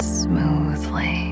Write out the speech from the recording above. smoothly